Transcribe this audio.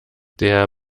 der